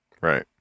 Right